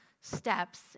steps